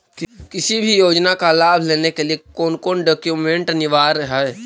किसी भी योजना का लाभ लेने के लिए कोन कोन डॉक्यूमेंट अनिवार्य है?